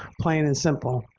plain and simple.